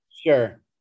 Sure